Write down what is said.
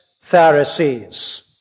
Pharisees